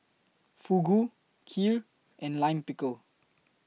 Fugu Kheer and Lime Pickle